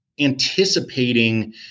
anticipating